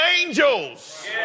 angels